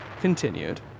continued